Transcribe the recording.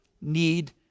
need